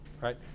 right